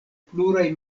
pluraj